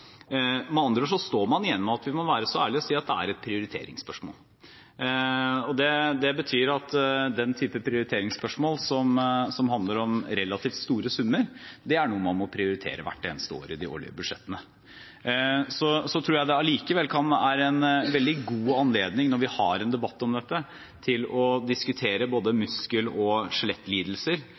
Med andre ord står man igjen med at vi må være så ærlige å si at det er et prioriteringsspørsmål. Det betyr at den typen prioriteringsspørsmål som handler om relativt store summer, er noe man må prioritere hvert eneste år, i de årlige budsjettene. Jeg tror likevel at dette er en veldig god anledning – når vi har en debatt om dette – til å diskutere muskel- og skjelettlidelser både fra et helseperspektiv og